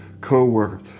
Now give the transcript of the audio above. co-workers